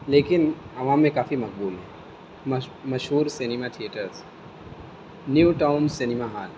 لیکن عوام میں کافی مقبول ہیں مشہور cinema theatres new town cinema hall